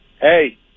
Hey